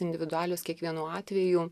individualios kiekvienu atveju